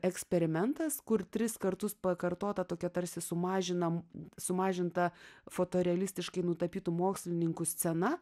eksperimentas kur tris kartus pakartota tokia tarsi sumažinam sumažinta fotorealistiškai nutapytų mokslininkų scena